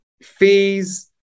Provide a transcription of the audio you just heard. Fees